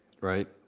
Right